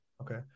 Okay